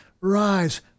rise